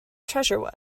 treasure